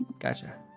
Gotcha